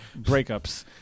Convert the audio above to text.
breakups